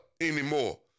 anymore